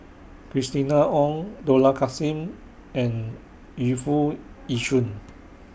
Christina Ong Dollah Kassim and Yu Foo Yee Shoon